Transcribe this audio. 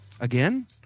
Again